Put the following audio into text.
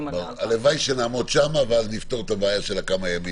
הלוואי ונעמוד שם ואז נפתור את הבעיה של הכמה ימים.